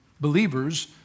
believers